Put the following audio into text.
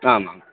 आम् आम्